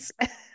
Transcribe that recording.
Yes